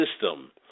system